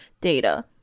data